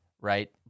right